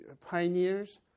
pioneers